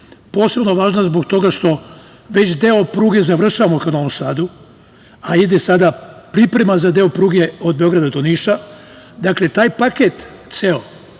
važna zbog toga što već deo pruge završavamo ka Novom Sadu, i ide sada priprema za deo pruge od Beograda do Niša, dakle taj ceo